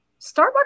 Starbucks